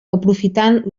aprofitant